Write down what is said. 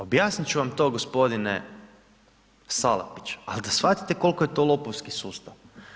Objasniti ću vam to gospodine Salapić, ali da shvatite koliko je to lopovski sustav.